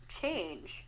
change